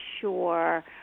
sure